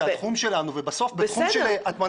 זה התחום שלנו ובסוף בתחום של הטמנת